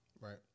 Right